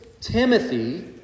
Timothy